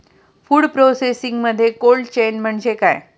Food प्रोसेसिंगमध्ये cold chain म्हणजे काय?